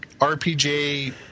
RPG